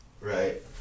Right